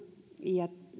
ja